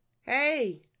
hey